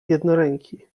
jednoręki